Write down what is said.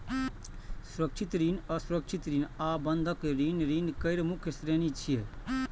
सुरक्षित ऋण, असुरक्षित ऋण आ बंधक ऋण ऋण केर मुख्य श्रेणी छियै